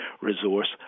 resource